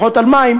פחות על מים,